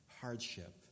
hardship